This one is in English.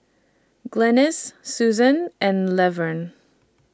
Glynis Suzann and Levern